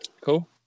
Cool